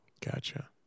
Gotcha